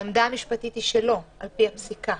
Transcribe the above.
העמדה המשפטית היא: לא, על-פי הפסיקה.